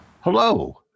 Hello